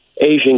Asian